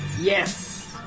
Yes